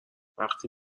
وقتی